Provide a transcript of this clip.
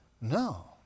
No